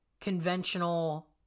conventional